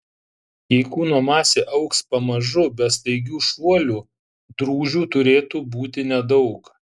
jei kūno masė augs pamažu be staigių šuolių drūžių turėtų būti nedaug